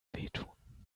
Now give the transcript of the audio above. wehtun